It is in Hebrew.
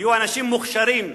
יהיו אנשים מוכשרים,